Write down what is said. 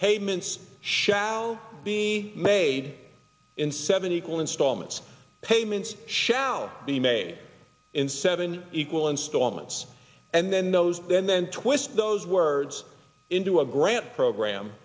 payments shall be made in seven equal installments payments shall be made in seven equal installments and then those then twist those words into a grant program